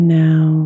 now